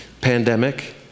pandemic